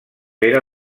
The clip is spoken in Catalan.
era